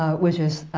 ah which is